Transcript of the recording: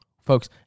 folks